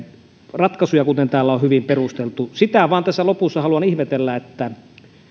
ratkaisuja kuten täällä on hyvin perusteltu sitä vain tässä lopussa haluan ihmetellä että